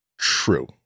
True